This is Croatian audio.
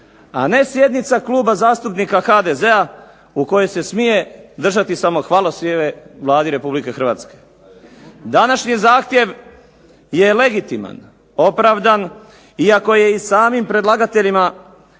a ne sjednica Kluba zastupnika HDZ-a, u kojoj se smije držati samo hvalospjeve Vladi Republike Hrvatske. Današnji zahtjev je legitiman, opravdan, iako je i samim predlagateljima